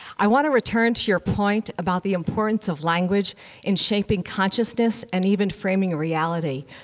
i want to return to your point about the importance of language in shaping consciousness and even framing a reality.